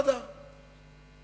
דרך אגב,